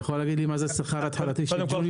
אתה יכול להגיד לי מה זה שכר התחלתי של ג'וניור